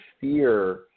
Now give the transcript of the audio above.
fear